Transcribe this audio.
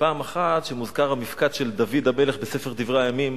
ופעם אחת כשמוזכר המפקד של דוד המלך בספר דברי הימים,